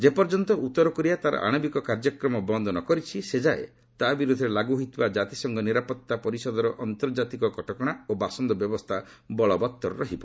ଯେପର୍ଯ୍ୟନ୍ତ ଉତ୍ତର କୋରିଆ ତା'ର ଆଣବିକ କାର୍ଯ୍ୟକ୍ରମ ବନ୍ଦ୍ ନ କରିଛି ସେଯାଏ ତା' ବିରୋଧରେ ଲାଗୁ ହୋଇଥିବା ଜାତିସଂଘ ନିରାପତ୍ତା ପରିଷଦର ଆନ୍ତର୍ଜାତିକ କଟକଣା ଓ ବାସନ୍ଦ ବ୍ୟବସ୍ଥା ଲାଗୁ ରହିବ